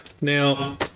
now